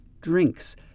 Drinks